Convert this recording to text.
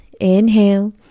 inhale